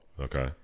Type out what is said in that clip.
Okay